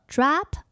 Drop